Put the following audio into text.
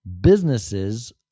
businesses